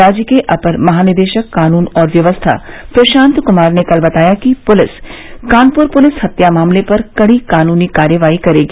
राज्य के अपर महानिदेशक कानून और व्यवस्था प्रशांत क्मार ने कल बताया कि पुलिस कानपुर पुलिस हत्या मामले पर कड़ी कानूनी कार्रवाई करेगी